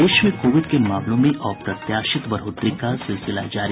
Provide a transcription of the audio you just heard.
प्रदेश में कोविड के मामलों में अप्रत्याशित बढ़ोतरी का सिलसिला जारी